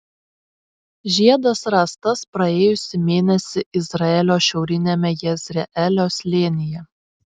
žiedas rastas praėjusį mėnesį izraelio šiauriniame jezreelio slėnyje